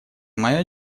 моя